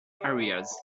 areas